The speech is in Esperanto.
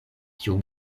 kiu